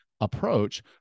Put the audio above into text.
approach